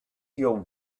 your